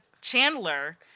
Chandler